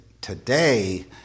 today